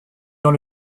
dans